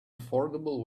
affordable